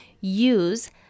use